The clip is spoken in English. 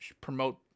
promote